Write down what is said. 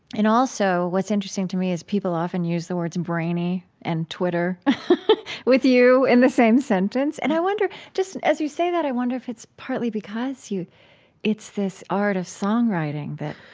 and also what's interesting to me is, people often use the words brainy and twitter with you in the same sentence, and i wonder just as you say that, i wonder if it's partly because you it's this art of songwriting that,